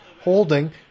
holding